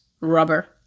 rubber